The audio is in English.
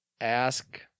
ask